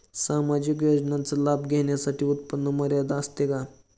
सामाजिक योजनांचा लाभ घेण्यासाठी उत्पन्न मर्यादा असते का?